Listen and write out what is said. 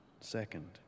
second